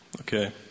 okay